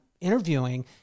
interviewing